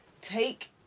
Take